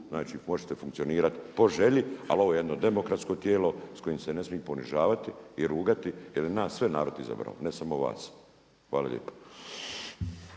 Znači možete funkcionirati po želji, ali ovo je jedno demokratsko tijelo sa kojim se ne smije ponižavati i rugati jer je nas sve narod izabrao ne samo vas. Hvala lijepa.